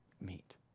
meet